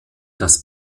das